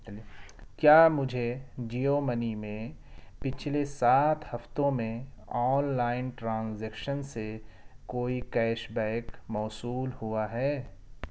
کیا مجھے جیو منی میں پچھلے سات ہفتوں میں آنلائن ٹرانزیکشن سے کوئی کیش بیک موصول ہوا ہے